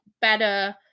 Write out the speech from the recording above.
better